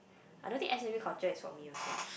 I don't think S_M_U culture is for me also